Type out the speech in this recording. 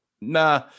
nah